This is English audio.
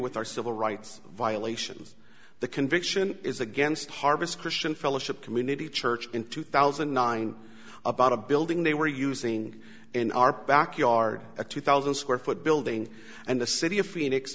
with our civil rights violations the conviction is against harvest christian fellowship community church in two thousand and nine about a building they were using in our back yard a two thousand square foot building and the city of phoenix